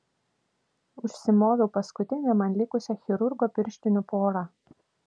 užsimoviau paskutinę man likusią chirurgo pirštinių porą